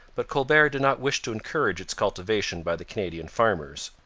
but colbert did not wish to encourage its cultivation by the canadian farmers.